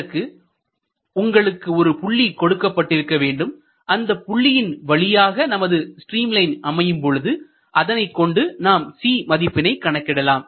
அதற்கு உங்களுக்கு ஒரு புள்ளி கொடுக்கப்பட்டிருக்க வேண்டும் அந்தப் புள்ளியின் வழியாக நமது ஸ்ட்ரீம் லைன் அமையும் பொழுது அதனைக் கொண்டு நாம் C மதிப்பினை கணக்கிடலாம்